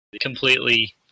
completely